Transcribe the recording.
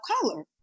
color